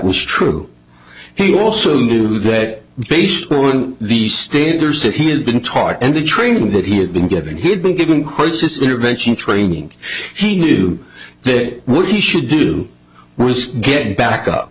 was true he also knew that based on the staters that he had been taught and the training that he had been given he'd been given crisis intervention training he knew that what he should do was get back up